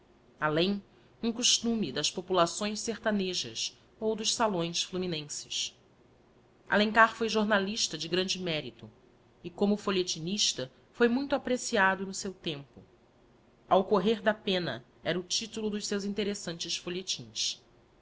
além um costume das populaçges sertanejas ou dos salões fluminenses alencar foi jornalista de grande mérito e como folhetinista foi muito apreciado no seu tempo ao correr da penna era o titulo dos seus interessantes